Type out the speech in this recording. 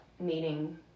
meeting